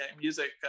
music